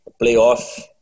playoff